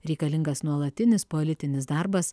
reikalingas nuolatinis politinis darbas